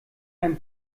ein